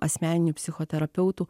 asmeniniu psichoterapeutu